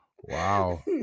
Wow